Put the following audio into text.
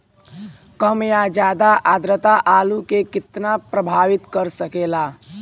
कम या ज्यादा आद्रता आलू के कितना प्रभावित कर सकेला?